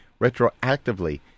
retroactively